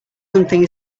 something